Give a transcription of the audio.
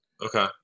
Okay